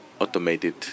automated